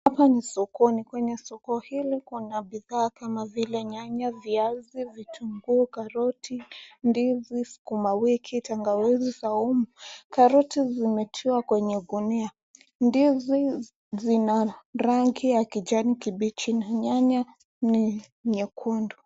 Hapa ni sokoni, kwenye soko hili kuna bidhaa kama vile nyanya, viazi, vitunguu karoti, ndizi skumawiki, tangawizi, saumu, karoti zimetiwa kwenye gunia, ndizi zina rangi ya kijani kibichi na nyanya ni nyekundu.